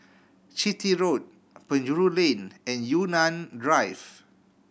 Chitty Road Penjuru Lane and Yunnan Drive